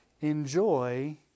enjoy